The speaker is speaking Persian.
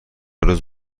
روز